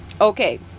Okay